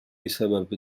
بسبب